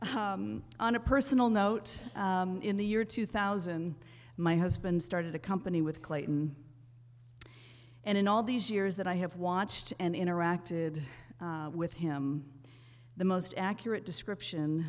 knows on a personal note in the year two thousand my husband started a company with clayton and in all these years that i have watched and interacted with him the most accurate description